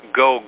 go